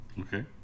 Okay